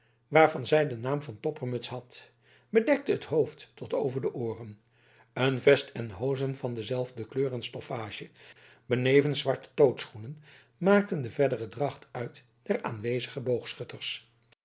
waarvan zij den naam van toppermuts had bedekte het hoofd tot over de ooren een vest en hozen van dezelfde kleur en stoffage benevens zwarte tootschoenen maakten de verdere dracht uit der aanwezige